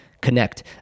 connect